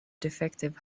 defective